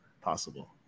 possible